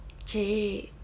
!chey!